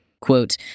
Quote